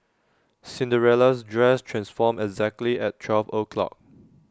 Cinderella's dress transformed exactly at twelve o'clock